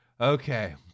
Okay